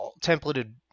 templated